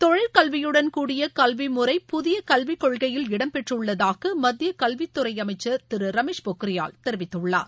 தொழிற்கல்வியுடன் கூடிய கல்வி முறை புதிய கல்விக் கொள்கையில் இடம்பெற்றுள்ளதாக மத்திய கல்வித்துறை அமைச்சர் திரு ரமேஷ் பொக்ரியால் தெரிவித்துள்ளார்